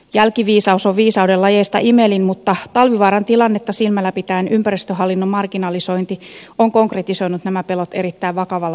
jälkiviisaus on viisauden lajeista imelin mutta talvivaaran tilannetta silmällä pitäen ympäristöhallinnon marginalisointi on konkretisoinut nämä pelot erittäin vakavalla tavalla